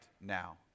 now